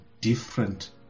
different